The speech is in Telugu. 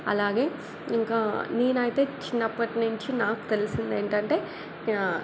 అలాగే ఇంకా నేనైతే చిన్నపట్నుంచి నాకు తెలిసిందేంటంటే